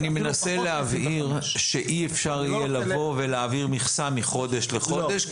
אני מנסה להבהיר שאי אפשר יהיה לבוא ולהעביר מכסה מחודש לחודש,